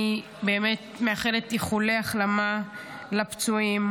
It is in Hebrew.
אני מאחלת איחולי החלמה לפצועים.